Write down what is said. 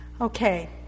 Okay